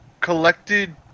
collected